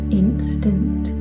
instant